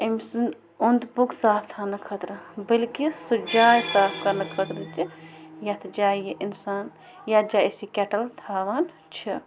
أمۍ سُنٛد اوٚند پوٚک صاف تھاونہٕ خٲطرٕ بٔلکہِ سُہ جاے صاف کَرنہٕ خٲطرٕ تہِ یَتھ جایہِ یہِ اِنسان یَتھ جایہِ أسۍ یہِ کٮ۪ٹٕل تھاوان چھِ